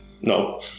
No